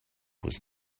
was